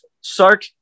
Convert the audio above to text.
Sark